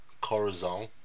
Corazon